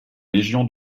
légion